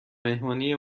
مهمانی